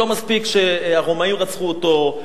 לא מספיק שהרומאים רצחו אותו,